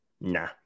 Nah